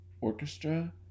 orchestra